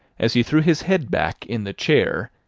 as he threw his head back in the chair,